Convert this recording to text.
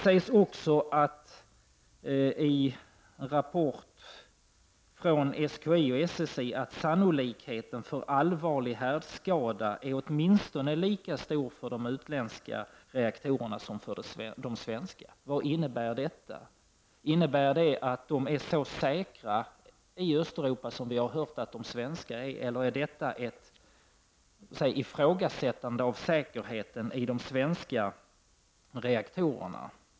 I en rapport från SKI och SSI sägs det att sannolikheten för allvarlig härdskada är åtminstone lika stor för utländska reaktorer som för de svenska. Vad innebär detta? Innebär det att de är så säkra som vi har hört att de svenska är? Eller är detta ett ifrågasättande av säkerheten i de svenska reaktorerna?